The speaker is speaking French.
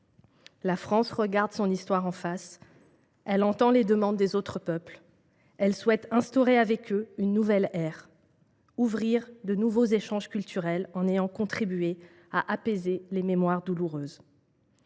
La France regarde son histoire en face, entend les demandes des autres peuples et souhaite instaurer avec eux une nouvelle ère, ouvrir de nouveaux échanges culturels en ayant contribué à apaiser les mémoires douloureuses.